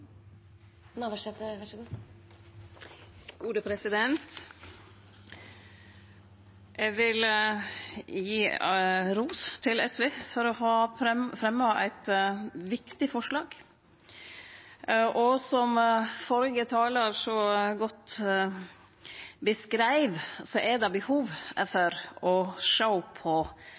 vil gi ros til SV for å ha fremja eit viktig forslag. Som førre talar så godt beskreiv, er det behov for å sjå på